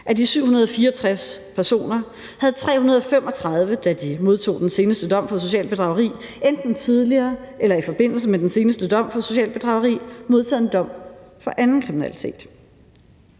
Af de 764 personer havde 335, da de modtog den seneste dom for socialt bedrageri, enten tidligere eller i forbindelse med den seneste dom for socialt bedrageri modtaget en dom for anden kriminalitet.